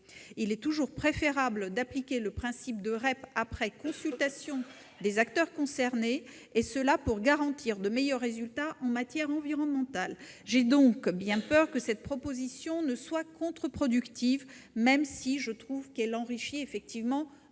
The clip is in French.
Il est toujours préférable d'appliquer le principe de REP après consultation des acteurs concernés, et cela pour garantir de meilleurs résultats en matière environnementale. J'ai donc bien peur que cette proposition ne soit contre-productive, même si je trouve qu'elle enrichit notre